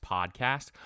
Podcast